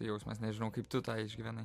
jausmas nežinau kaip tu tą išgyvenai